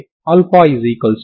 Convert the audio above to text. దీన్ని నేను ఎలా చేశాను